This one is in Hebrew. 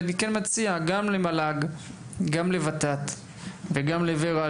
ואני כן מציע גם למל"ג גם ל-ות"ת וגם ל-ור"ה,